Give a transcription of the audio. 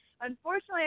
Unfortunately